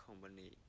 company